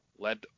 led